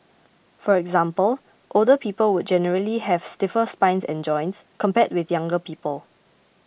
for example older people would generally have stiffer spines and joints compared with younger people